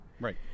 Right